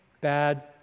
bad